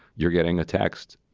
you're getting a text,